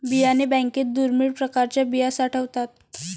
बियाणे बँकेत दुर्मिळ प्रकारच्या बिया साठवतात